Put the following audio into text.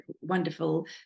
wonderful